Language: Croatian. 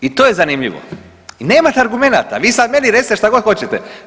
I to je zanimljivo i nemate argumenata, vi sad meni recite šta god hoćete.